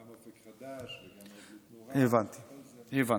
גם אופק חדש וגם עוז לתמורה, כל זה, הבנתי.